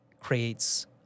creates